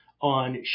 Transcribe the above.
on